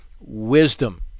wisdom